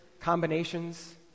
combinations